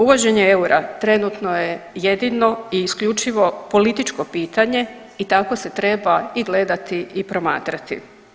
Uvođenje eura trenutno je jedino i isključivo političko pitanje i tako se treba i gledati i promatrati.